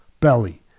belly